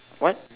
what